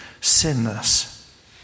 sinless